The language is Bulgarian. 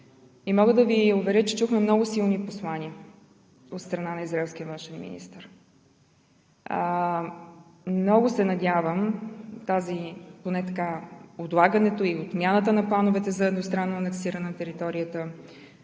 Мога да Ви уверя, че чухме много силни послания от страна на израелския външен министър. Много се надявам отлагането и отменянето на плановете за едностранно анексиране на територията,